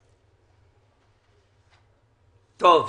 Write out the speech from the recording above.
טוב.